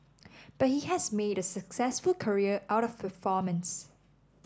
but he has made a successful career out of performance